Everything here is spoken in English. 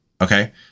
Okay